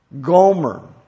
Gomer